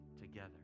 together